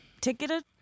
ticketed